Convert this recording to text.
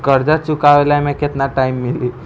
कर्जा चुकावे ला एमे केतना टाइम मिली?